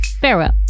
farewell